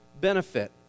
benefit